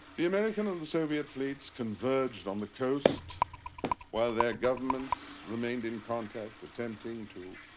the american and the soviet fleets converged on the coast while their governments remained in contact, attempting to,